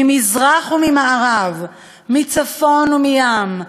ממזרח וממערב, מצפון ומים.